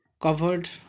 covered